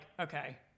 okay